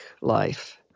life